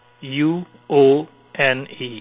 U-O-N-E